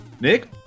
Nick